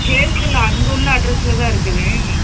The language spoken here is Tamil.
கேஸ்ஸெலாம் அங்கே உள்ள அட்ரெஸில்தான் இருக்குதுங்க